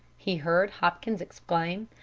he heard hopkins exclaim.